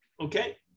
Okay